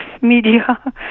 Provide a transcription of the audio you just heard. media